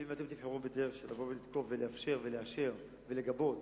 ואם אתם תבחרו בדרך של לתקוף ולאפשר ולאשר ולגבות